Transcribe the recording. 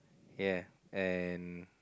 ya and